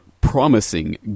promising